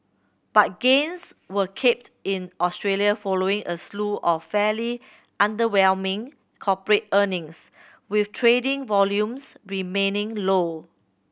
but gains were capped in Australia following a slew of fairly underwhelming corporate earnings with trading volumes remaining low